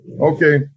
Okay